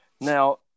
Now